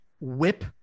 whip